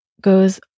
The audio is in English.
goes